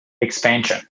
expansion